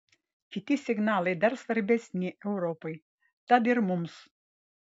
kiti signalai dar svarbesni europai tad ir mums